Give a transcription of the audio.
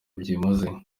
byimazeyo